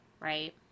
right